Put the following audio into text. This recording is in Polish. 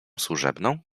służebną